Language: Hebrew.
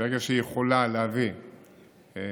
ברגע שהיא יכולה להביא מפעלים,